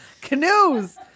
canoes